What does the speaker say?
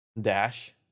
dash